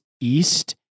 East